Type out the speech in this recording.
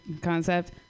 concept